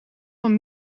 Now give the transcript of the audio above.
van